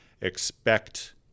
expect